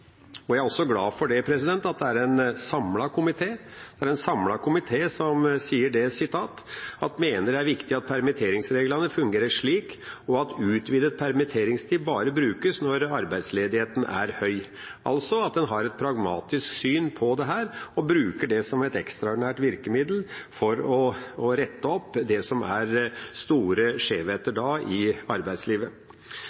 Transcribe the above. Jeg er glad for at en samlet komité sier: «Komiteen mener det er viktig at permitteringsreglene fungerer slik og at utvidet permitteringstid bare brukes når arbeidsledigheten er høy.» Man har altså et pragmatisk syn på dette, og bruker det som et ekstraordinært virkemiddel for å rette opp store skjevheter i arbeidslivet. Senterpartiet støtter forslaget om å utvide ordningen til 52 uker, og vi støtter komiteens tilråding i saken. Det